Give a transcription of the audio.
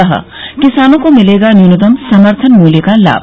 कहा किसानों को मिलेगा न्यूनतम समर्थन मूल्य का लाभ